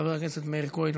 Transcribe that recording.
חבר הכנסת מאיר כהן,